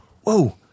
whoa